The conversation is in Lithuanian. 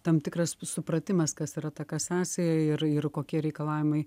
tam tikras supratimas kas yra ta kasacija ir ir kokie reikalavimai